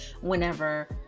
Whenever